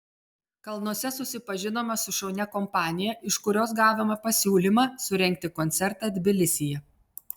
kalnuose susipažinome su šaunia kompanija iš kurios gavome pasiūlymą surengti koncertą tbilisyje